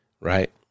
right